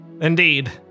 Indeed